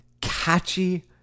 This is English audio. catchy